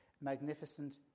magnificent